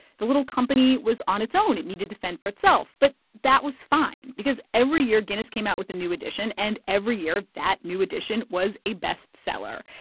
the little company was on its own. it needed to fend for itself. but that was fine because every year, guinness came out with a new edition. and every year, that new edition was a best-seller.